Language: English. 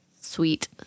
sweet